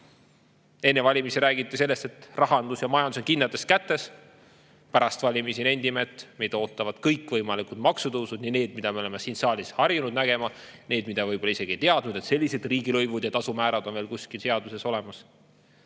Enne valimisi räägiti sellest, et rahandus ja majandus on kindlates kätes. Pärast valimisi nendime, et meid ootavad kõikvõimalikud maksutõusud, nii need, mida me oleme siin saalis harjunud nägema, kui ka need, mida võib-olla isegi ei teadnud, et sellised riigilõivud ja tasumäärad on veel kuskil seaduses olemas.